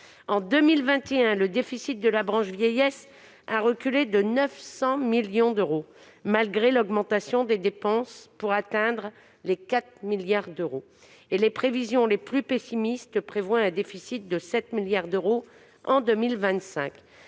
En 2021, le déficit de la branche vieillesse a reculé de 900 millions d'euros, malgré l'augmentation des dépenses, pour atteindre 4 milliards d'euros. Les prévisions les plus pessimistes prévoient un déficit de 7 milliards d'euros en 2025.